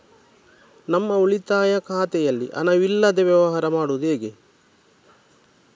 ನಮ್ಮ ಉಳಿತಾಯ ಖಾತೆಯಲ್ಲಿ ಹಣವಿಲ್ಲದೇ ವ್ಯವಹಾರ ಮಾಡುವುದು ಹೇಗೆ?